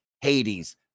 Hades